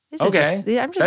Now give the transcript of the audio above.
Okay